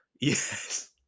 Yes